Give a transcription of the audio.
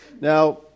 Now